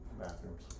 Bathrooms